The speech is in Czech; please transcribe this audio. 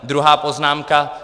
Druhá poznámka.